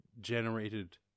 generated